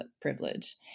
privilege